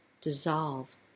dissolve